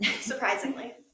surprisingly